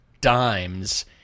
dimes